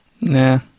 Nah